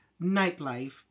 nightlife